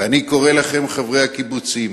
ואני קורא לכם, חברי הקיבוצים,